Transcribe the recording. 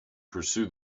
pursue